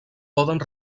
poden